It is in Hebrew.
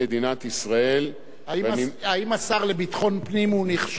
האם השר לביטחון פנים נחשב למערכת הביטחון?